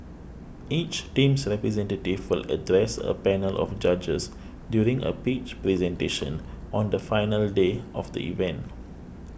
each team's representative will address a panel of judges during a pitch presentation on the final day of the event